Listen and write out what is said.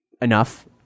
enough